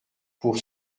pour